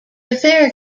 affair